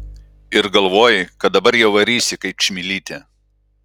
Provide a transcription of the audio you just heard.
ir galvoji kad dabar jau varysi kaip čmilytė